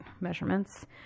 measurements